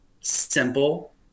simple